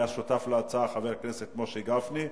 היה שותף להצעה חבר הכנסת משה גפני,